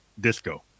disco